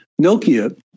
Nokia